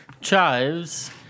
Chives